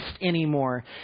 anymore